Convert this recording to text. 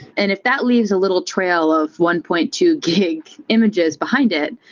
and if that leaves a little trail of one point two gig images behind it,